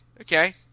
Okay